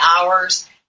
hours